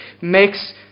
makes